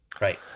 Right